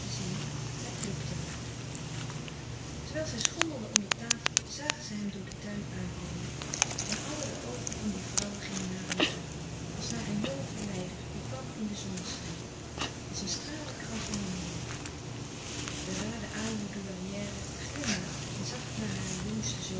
hij plukte maar terwijl zij schommelden om de tafel zagen zij hem door den tuin aankomen en alle de oogen van die vrouwen gingen naar hem toe als naar een jongen verleider die kwam in den zonneschijn als een stralenkrans om hem heen de raden ajoe douairière glimlachte en zag naar haar jongsten zoon